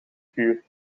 vuur